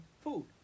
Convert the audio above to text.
food